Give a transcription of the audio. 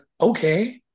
okay